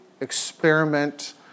experiment